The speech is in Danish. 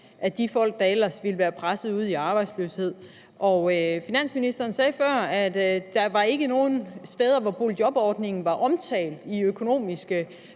af de folk, der ellers ville være presset ud i arbejdsløshed. Finansministeren sagde før, at der ikke er nogen steder i de økonomiske